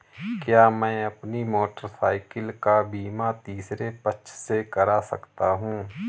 क्या मैं अपनी मोटरसाइकिल का बीमा तीसरे पक्ष से करा सकता हूँ?